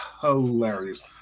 hilarious